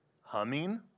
Humming